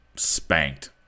spanked